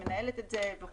רש"ת מנהלת את זה וכולי.